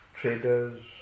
Traders